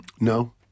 No